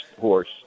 horse